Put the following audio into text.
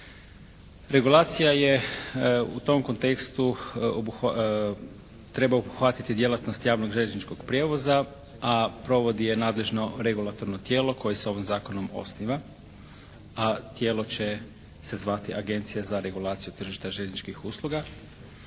Regulacija je u tom kontekstu treba obuhvatiti djelatnost javnog željezničkog prijevoza a provodi je nadležno regulatorno tijelo koje se ovim zakonom osniva, a tijelo će se zvati Agencija za regulaciju tržišta željezničkih usluga,